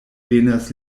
venas